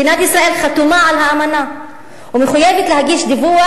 מדינת ישראל חתומה על האמנה ומחויבת להגיש דיווח